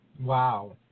wow